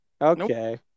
Okay